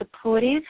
supportive